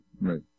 Right